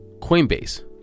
Coinbase